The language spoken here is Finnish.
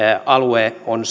alue on